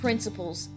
Principles